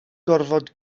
gorfod